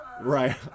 Right